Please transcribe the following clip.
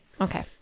okay